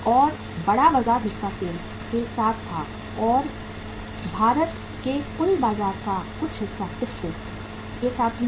और बड़ा बाजार हिस्सा सेल के साथ था और भारत के कुल बाजार का कुछ हिस्सा टिस्को के साथ भी था